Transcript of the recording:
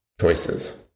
choices